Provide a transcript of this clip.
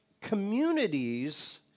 communities